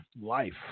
life